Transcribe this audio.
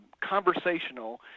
conversational